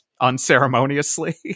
unceremoniously